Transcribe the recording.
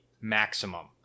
maximum